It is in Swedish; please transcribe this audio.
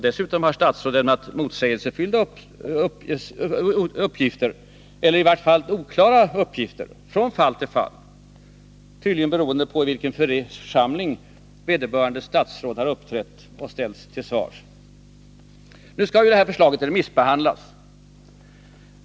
Dessutom har statsråd lämnat motsägelsefulla uppgifter eller i vart fall oklara uppgifter från fall till fall, tydligen beroende på vilken församling vederbörande statsråd har uppträtt inför och ställts till svars inför. Nu skall ju det här förslaget remissbehandlas.